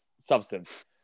substance